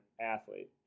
athlete